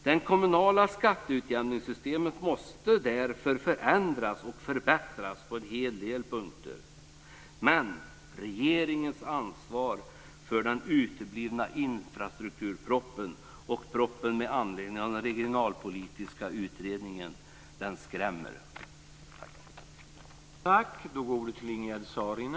Det kommunala skatteutjämningssystemet måste därför förändras och förbättras på en hel del punkter. Regeringen har ansvaret för att infrastrukturpropositionen och propositionen med anledning av den regionalpolitiska utredningen uteblivit, vilket är skrämmanade.